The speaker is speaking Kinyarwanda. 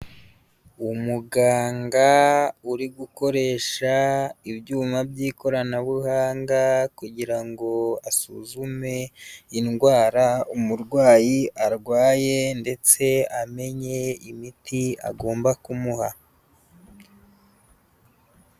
Umuganga uri gukoresha ibyuma by'ikoranabuhanga kugira ngo asuzume indwara umurwayi arwaye ndetse amenye imiti agomba kumuha.